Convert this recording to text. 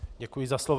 Děkuji za slovo.